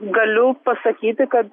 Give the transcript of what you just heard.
galiu pasakyti kad